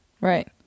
right